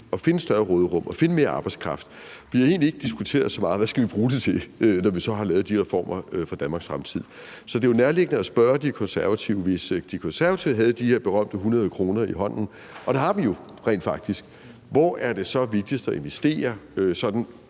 finde større råderum og finde mere arbejdskraft. Vi har egentlig ikke diskuteret så meget, hvad vi så skal bruge det til, når vi har lavet de reformer for Danmarks fremtid. Så det er jo nærliggende at spørge De Konservative: Hvis De Konservative havde de her berømte 100 kr. i hånden – og det har vi jo rent faktisk – hvor er det så vigtigst at investere sådan